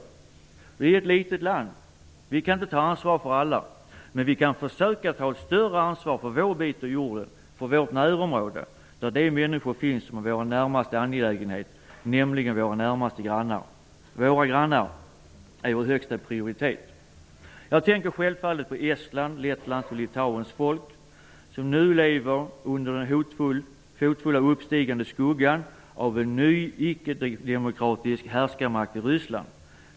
Sverige är ett litet land. Vi kan inte ta ansvar för alla. Men vi kan försöka ta ett större ansvar för vår bit av jorden -- för vårt närområde, där de människor finns som är vår närmaste angelägenhet, nämligen våra närmaste grannar. Våra grannar är vår högsta prioritet. Jag tänker självfallet på Estlands, Lettlands och Litauens folk, som nu lever under den hotfulla uppstigande skuggan av en ny icke-demokratisk härskarmakt i Ryssland.